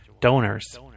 donors